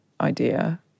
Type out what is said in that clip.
idea